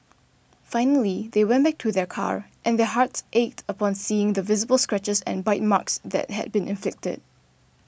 finally they went back to their car and their hearts ached upon seeing the visible scratches and bite marks that had been inflicted